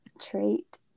trait